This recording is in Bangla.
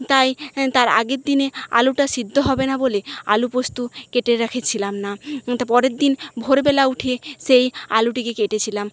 তাই তার আগের দিনে আলুটা সেদ্ধ হবে না বলে আলু পোস্ত কেটে রেখেছিলাম না তা পরের দিন ভোরবেলা উঠে সেই আলুটিকে কেটেছিলাম